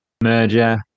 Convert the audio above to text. merger